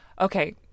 Okay